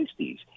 1960s